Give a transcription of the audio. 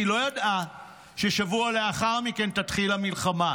היא לא ידעה ששבוע לאחר מכן תתחיל המלחמה.